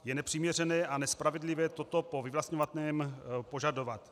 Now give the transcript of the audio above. Je nepřiměřené a nespravedlivé toto po vyvlastňovaném požadovat.